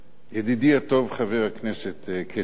ידידי הטוב חבר הכנסת כצל'ה,